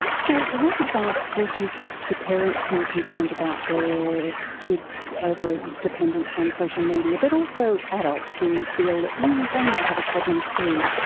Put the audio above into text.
so what advice would you give to parents who were concerned about their kid's over-dependence on social media, but also adults who feel that they may have a problem too?